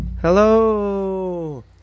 Hello